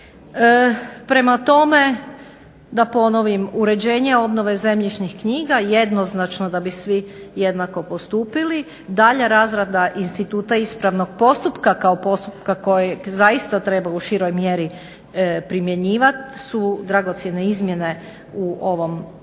Prema tome, da ponovim. Uređenje obnove zemljišnih knjiga jednoznačno da bi svi jednako postupili, dalja razrada instituta ispravnog postupka kao postupka kojeg zaista treba u široj mjeri primjenjivat su dragocjene izmjene u ovom prijedlogu